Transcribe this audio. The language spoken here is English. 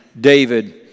David